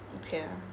okay ah